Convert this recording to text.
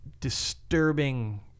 disturbing